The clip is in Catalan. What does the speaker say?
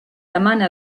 demana